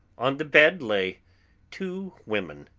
on the bed lay two women,